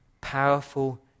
powerful